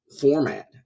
format